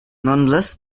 nonetheless